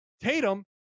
Tatum